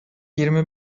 yirmi